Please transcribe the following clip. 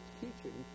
teaching